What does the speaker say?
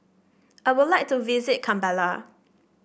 I would like to visit Kampala